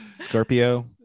Scorpio